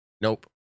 Nope